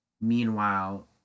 Meanwhile